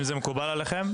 אם זה מקובל עליכם,